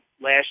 Last